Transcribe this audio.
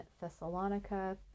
Thessalonica